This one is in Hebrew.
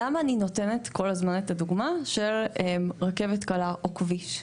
למה אני נותנת כל הזמן את הדוגמה של רכבת קלה או כביש?